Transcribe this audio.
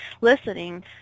listening